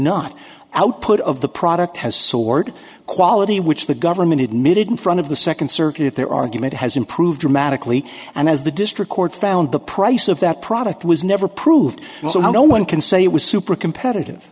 not output of the product has soared quality which the government admitted in front of the second circuit if their argument has improved dramatically and as the district court found the price of that product was never approved and so no one can say it was super competitive